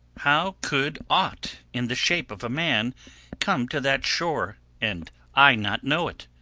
how could aught in the shape of a man come to that shore, and i not know it?